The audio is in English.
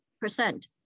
percent